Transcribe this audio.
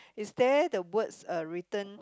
is there the words are written